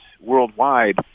worldwide